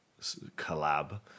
collab